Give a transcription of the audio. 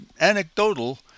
anecdotal